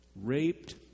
raped